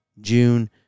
June